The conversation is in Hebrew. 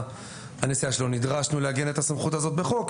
הנסיעה שלו נדרשנו לעגן את הסמכות הזאת בחוק,